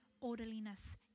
orderliness